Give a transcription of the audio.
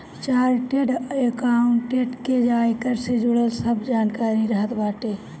chartered accountant के आयकर से जुड़ल सब जानकारी रहत बाटे